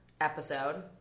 episode